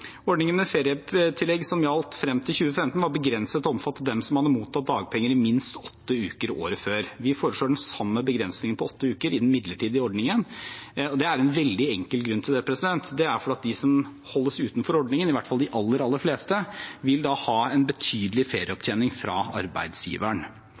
Ordningen med ferietillegg som gjaldt frem til 2015, var begrenset til å omfatte dem som hadde mottatt dagpenger i minst åtte uker året før. Vi foreslår den samme begrensningen på åtte uker i den midlertidige ordningen. Det er en veldig enkel grunn til det. Det er at de som holdes utenfor ordningen, i hvert fall de aller, aller fleste, da vil ha en betydelig